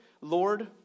lord